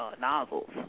nozzles